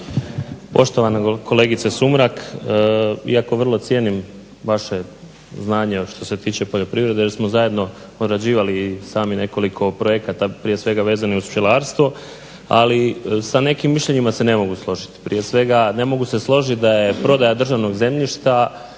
Poštovana kolegice Sumrak, iako vrlo cijenim vaše znanje što se tiče poljoprivrede jer smo zajedno odrađivali i sami nekoliko projekata prije svega vezanih uz pčelarstvo. Ali sa nekim mišljenjima se ne mogu složiti. Prije svega, ne mogu se složiti da je prodaja državnog zemljišta